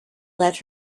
let